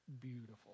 beautiful